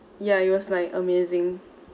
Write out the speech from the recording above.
ya it was like amazing